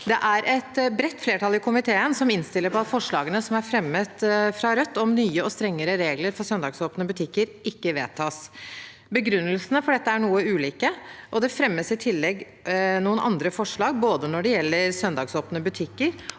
Det er et bredt flertall i komiteen som innstiller på at forslagene som er fremmet fra Rødt, om nye og strengere regler for søndagsåpne butikker, ikke vedtas. Begrunnelsene for dette er noe ulike, og det fremmes i tillegg noen andre forslag, både når det gjelder søndagsåpne butikker,